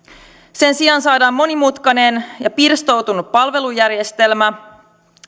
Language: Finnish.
sen sijaan saadaan monimutkainen ja pirstoutunut palvelujärjestelmä